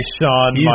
Sean